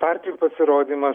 partijų pasirodymas